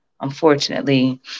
unfortunately